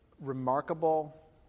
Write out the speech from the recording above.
remarkable